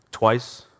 Twice